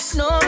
no